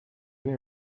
nie